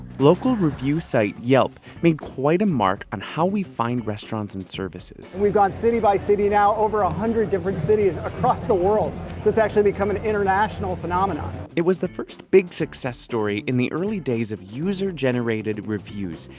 local review site yelp made quite a mark on how we find restaurants and services. we've gone city by city now, over one ah hundred different cities across the world. so it's actually become an international phenomenon. it was the first big success story in the early days of user-generated reviews,